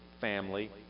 family